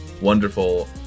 wonderful